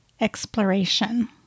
exploration